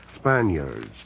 Spaniards